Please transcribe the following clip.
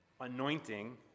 anointing